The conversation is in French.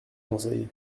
conseil